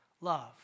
love